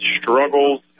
struggles